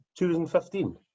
2015